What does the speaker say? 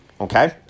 Okay